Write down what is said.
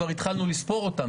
כבר התחלנו לספור אותן.